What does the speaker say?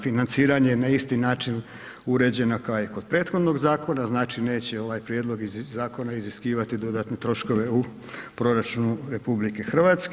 Financiranje je na isti način uređeno kao i kod prethodnog zakona, znači neće ovaj prijedlog zakona iziskivati dodatne troškove u proračunu RH.